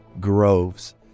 Groves